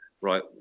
Right